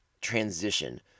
transition